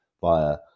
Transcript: via